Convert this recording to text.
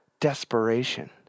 desperation